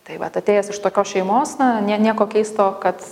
tai vat atėjęs iš tokios šeimos na nieko keisto kad